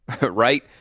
right